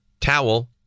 Towel